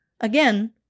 Again